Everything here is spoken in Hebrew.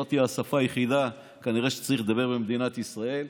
זאת השפה היחידה כנראה שצריך לדבר במדינת ישראל,